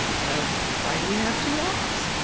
so why do we have two laws?